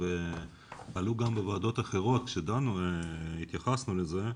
ועלו גם בוועדות אחרות כשהתייחסנו לזה,